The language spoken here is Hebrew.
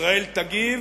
ישראל תגיב